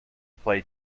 play